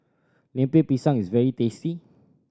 Lemper Pisang is very tasty